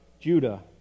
Judah